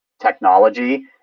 technology